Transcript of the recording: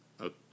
Okay